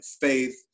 faith